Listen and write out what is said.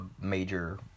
major